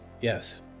yes